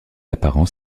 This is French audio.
apparence